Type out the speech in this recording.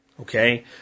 Okay